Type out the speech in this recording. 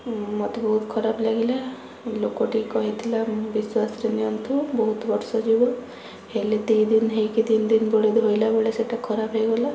ମୋତେ ବହୁତ ଖରାପ ଲାଗିଲା ଲୋକଟି କହିଥିଲା ବିଶ୍ୱାସରେ ନିଅନ୍ତୁ ବହୁତ ବର୍ଷ ଯିବ ହେଲେ ଦୁଇ ଦିନ ହେଇକି ତିନି ଦିନ ବେଳେ ଧୋଇଲା ବେଳେ ସେଇଟା ଖରାପ ହେଇଗଲା